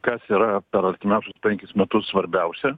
kas yra per artimiausius penkis metus svarbiausia